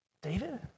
David